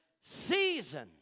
season